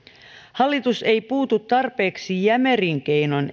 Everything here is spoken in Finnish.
hallitus ei puutu tarpeeksi jämerin keinoin